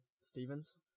Stevens